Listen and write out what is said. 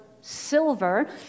silver